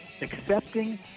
accepting